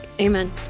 amen